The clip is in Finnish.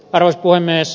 hyvät kollegat